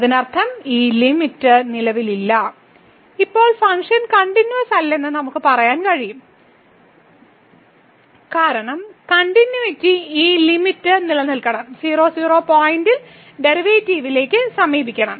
അതിനർത്ഥം ഈ ലിമിറ്റ് നിലവിലില്ല ഇപ്പോൾ ഫംഗ്ഷൻ കണ്ടിന്യൂവസ് അല്ലെന്ന് നമുക്ക് പറയാൻ കഴിയും കാരണം കണ്ടിന്യൂയിറ്റിക്ക് ഈ ലിമിറ്റ് നിലനിൽക്കണം 0 0 പോയിന്റിൽ ഡെറിവേറ്റീവിലേക്ക് സമീപിക്കണം